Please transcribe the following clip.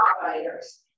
providers